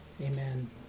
Amen